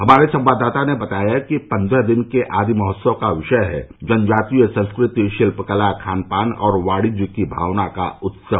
हमारे संवाददाता ने बताया है कि पन्द्रह दिन के आदि महोत्सव का विषय है जनजातीय संस्कृति शिल्यकला खान पान और वाणिज्य की भावना का उत्सव